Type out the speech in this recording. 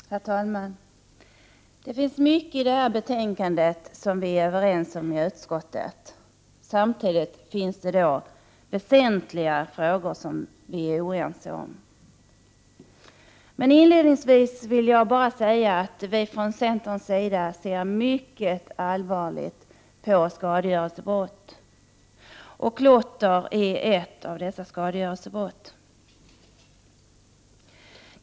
Herr talman! Det finns mycket i detta betänkande som vi är överens om i utskottet, samtidigt som det finns väsentliga frågor som vi är oense om. Inledningsvis vill jag bara säga att vi från centerns sida ser mycket allvarligt på skadegörelsebrott. Klotter är ett av skadegörelsebrotten.